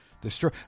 Destroy